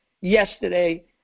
yesterday